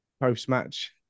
post-match